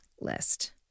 list